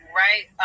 right